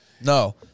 No